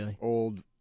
old